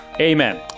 Amen